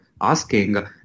asking